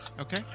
Okay